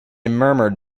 murmured